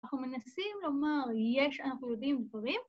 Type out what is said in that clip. ‫אנחנו מנסים לומר, ‫יש, אנחנו יודעים, דברים,